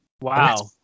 wow